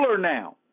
now